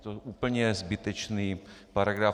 To úplně je zbytečný paragraf.